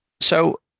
So-